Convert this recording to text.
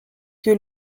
que